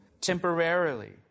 temporarily